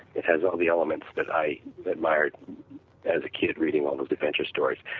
it has all the elements that i admired as a kid reading all those adventure stories,